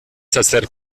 hacer